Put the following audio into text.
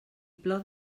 plor